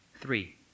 Three